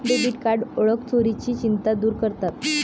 debit card ओळख चोरीची चिंता दूर करतात